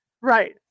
Right